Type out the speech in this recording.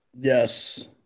Yes